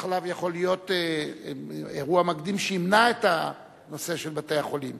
טיפות-חלב יכולות להיות אירוע מקדים שימנע את הנושא של בתי-החולים.